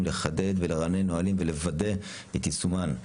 לחדד ולרענן נהלים ולוודא את יישומן.